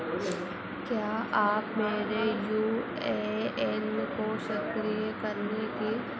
क्या आप मेरे यू ए एन ओ सक्रिय करने की